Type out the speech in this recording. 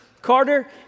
Carter